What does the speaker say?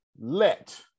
let